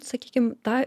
sakykime tą